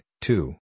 two